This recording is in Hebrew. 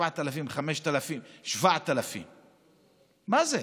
3,000, 4,000, 5,000, 7,000. מה זה?